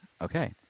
Okay